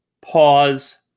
pause